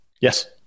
Yes